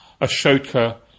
Ashoka